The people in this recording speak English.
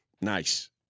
Nice